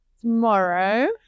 tomorrow